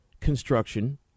construction